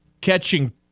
catching